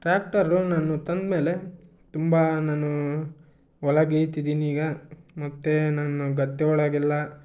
tractor ನಾನು ತಂದ ಮೇಲೆ ತುಂಬ ನಾನು ಹೊಲ ಗೇಯ್ತಿದೀನಿ ಈಗ ಮತ್ತು ನಾನು ಗದ್ದೆ ಒಳಗೆಲ್ಲ